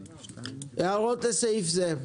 הערות לסעיף זה.